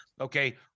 okay